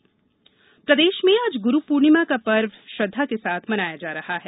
गुरू पूर्णिमा प्रदेश में आज ग्रू पूर्णिमा का पर्व श्रद्धा के साथ मनाया जा रहा है